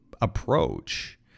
approach